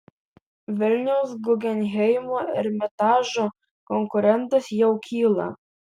vilniaus guggenheimo ermitažo konkurentas jau kyla